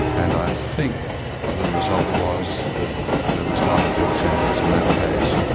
and i think the result was that there was not a death sentence in that case.